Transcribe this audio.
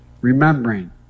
remembering